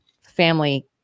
family